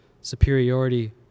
superiority